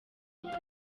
nka